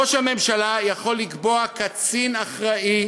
ראש הממשלה יכול לקבוע קצין אחראי,